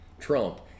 Trump